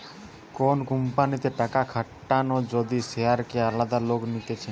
কোন কোম্পানিতে টাকা খাটানো যদি শেয়ারকে আলাদা লোক নিতেছে